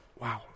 Wow